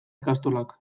ikastolak